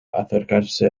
acercarse